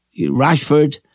Rashford